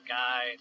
guy